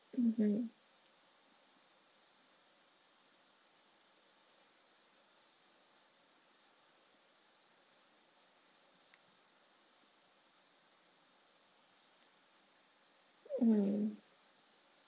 mmhmm mm